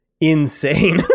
insane